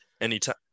Anytime